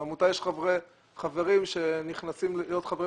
בעמותה יש חברים שנכנסים להיות חברים